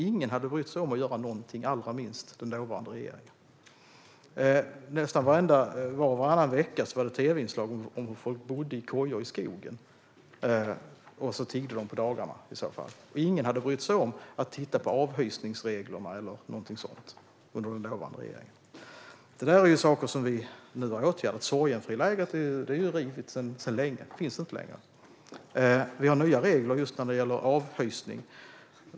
Ingen hade brytt sig om att göra någonting, allra minst den dåvarande regeringen. Var och varannan vecka var det tv-inslag om hur folk bodde i kojor i skogen, och sedan tiggde de på dagarna. Ingen hade brytt sig om att titta på avhysningsreglerna under den dåvarande regeringen. Det där är saker som vi har åtgärdat. Sorgenfrilägret är rivet sedan länge. Det finns inte längre. Det finns nya regler för avhysning.